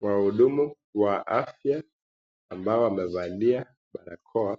Wahudumu wa afya, ambao wamevalia barakoa,